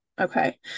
Okay